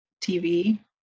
tv